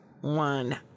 one